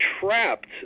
trapped